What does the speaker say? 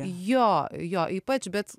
jo jo ypač bet